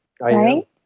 right